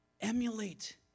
emulate